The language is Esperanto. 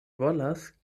volas